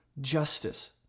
justice